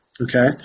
Okay